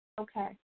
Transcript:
Okay